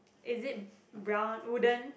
is it brown wooden